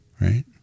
Right